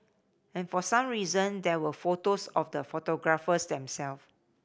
and for some reason there were photos of the photographers them self